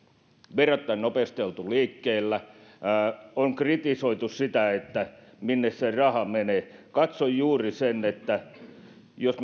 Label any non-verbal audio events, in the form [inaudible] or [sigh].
verrattain nopeasti on oltu liikkeellä on kritisoitu sitä minne se raha menee katsoin juuri että jos [unintelligible]